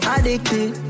Addicted